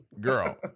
girl